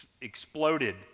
exploded